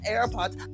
AirPods